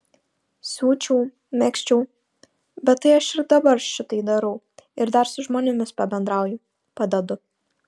siūčiau megzčiau bet tai aš ir dabar šitai darau ir dar su žmonėms pabendrauju padedu